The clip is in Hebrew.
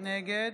נגד